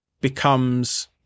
becomes